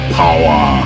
power